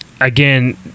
Again